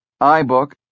iBook